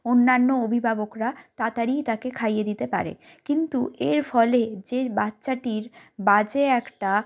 অন্যান্য অভিভাবকরা তাড়াতাড়ি তাকে খাইয়ে দিতে পারে কিন্তু এর ফলে যে বাচ্চাটির বাজে একটা